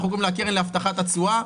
אנחנו קוראים לה הקרן להבטחת התשואה,